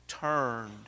turned